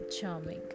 charming